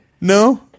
No